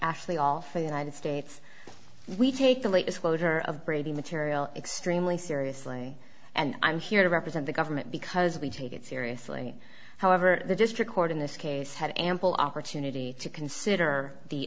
actually all for the united states we take the latest closure of brady material extremely seriously and i'm here to represent the government because we take it seriously however the district court in this case had ample opportunity to consider the